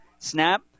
Snap